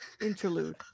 Interlude